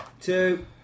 two